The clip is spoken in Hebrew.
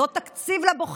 זה עוד תקציב לבוחר.